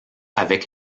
avec